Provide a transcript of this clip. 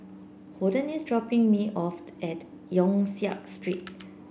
Holden is dropping me off at Yong Siak Street